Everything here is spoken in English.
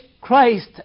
Christ